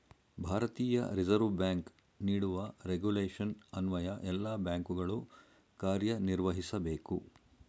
ಭಾರತೀಯ reserve bank ನೀಡುವ regulation ಅನ್ವಯ ಎಲ್ಲ ಬ್ಯಾಂಕುಗಳು ಕಾರ್ಯನಿರ್ವಹಿಸಬೇಕು